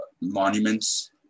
monuments